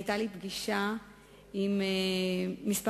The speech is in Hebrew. היתה לי פגישה עם כמה